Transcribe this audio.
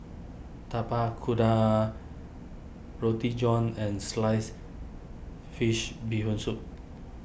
Tapak Kuda Roti John and Sliced Fish Bee Hoon Soup